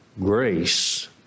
Grace